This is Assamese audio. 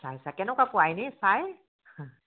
চাইছা কেনেকুৱা পোৱা এনেই চাই